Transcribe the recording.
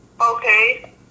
Okay